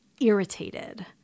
irritated